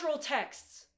texts